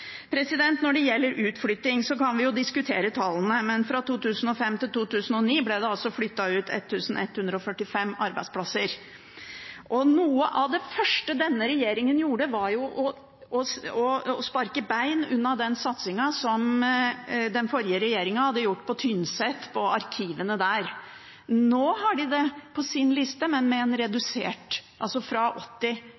forslaget. Når det gjelder utflytting, kan vi jo diskutere tallene, men fra 2005 til 2009 ble det altså flyttet ut 1 145 arbeidsplasser. Noe av det første denne regjeringen gjorde, var å sparke bein under den satsingen som den forrige regjeringen hadde på Tynset, på arkivene der. Nå har de det på sin liste, men